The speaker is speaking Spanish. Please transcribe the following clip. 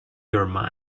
your